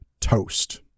toast